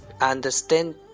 understand